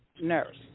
nurse